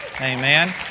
Amen